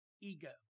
Ego